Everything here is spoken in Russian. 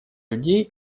людей